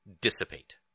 dissipate